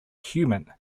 human